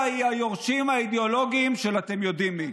היא היורשים האידיאולוגיים של אתם יודעים מי.